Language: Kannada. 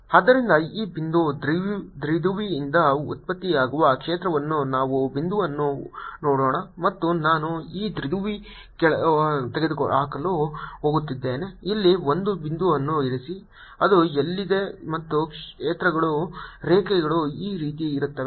ಆದ್ದರಿಂದ ಈ ಬಿಂದು ದ್ವಿಧ್ರುವಿಯಿಂದ ಉತ್ಪತ್ತಿಯಾಗುವ ಕ್ಷೇತ್ರವನ್ನು ನಾವು ಬಿಂದುವನ್ನು ನೋಡೋಣ ಮತ್ತು ನಾನು ಈ ದ್ವಿಧ್ರುವಿಯನ್ನು ತೆಗೆದುಹಾಕಲು ಹೋಗುತ್ತಿದ್ದೇನೆ ಇಲ್ಲಿ ಒಂದು ಬಿಂದುವನ್ನು ಇರಿಸಿ ಅದು ಎಲ್ಲಿದೆ ಮತ್ತು ಕ್ಷೇತ್ರ ರೇಖೆಗಳು ಈ ರೀತಿ ಇರುತ್ತವೆ